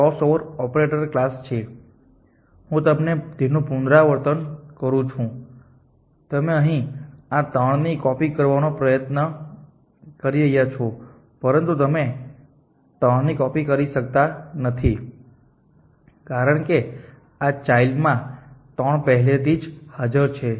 આ ક્રોસઓવર ઓપરેટરોનો ક્લાસ છે હું તમને તેનું પુનરાવર્તન કરું છું તમે અહીં આ 3 ની કોપી કરવાનો પ્રયાસ કરી રહ્યા છો પરંતુ તમે 3 ની કોપી કરી શકતા નથી કારણ કે આ ચાઈલ્ડ માં 3 પહેલેથી જ હાજર છે